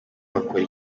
bakora